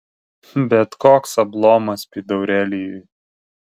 bet koks ablomas pydaurelijui